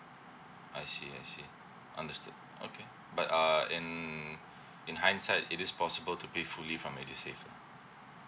I see I see understood okay but uh and in in hindsight it is possible to pay fully from edusave too